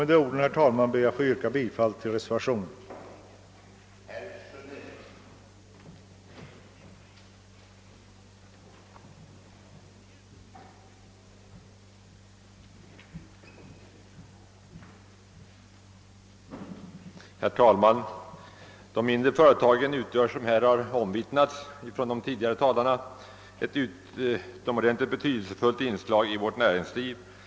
Med dessa ord, herr talman, ber jag att få yrka bifall till reservationen av herr Lundberg m.fl.